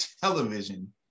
television